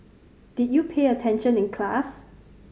did you pay attention in class